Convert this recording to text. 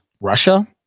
Russia